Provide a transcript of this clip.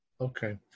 Okay